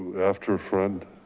after friend.